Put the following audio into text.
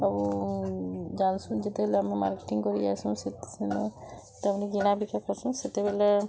ଆଉ ଜାଣି ଶୁଣି ଯେତେବେଳେ ଆମେ ମାର୍କେଟିଂ କରି ଆସୁ ସେନୁ ସେମାନେ କିଣା ବିକା କରୁଛନ୍ତି ସେତେବେଳେ